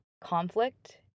conflict